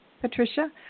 Patricia